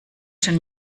schon